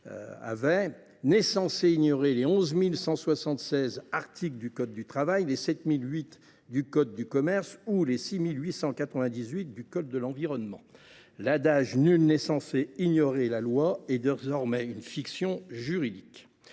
n’est censé ignorer les 11 176 articles du code du travail, les 7 008 du code de commerce ou encore les 6 898 du code de l’environnement ! L’adage « nul n’est censé ignorer la loi » est désormais une fiction juridique.